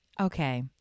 Okay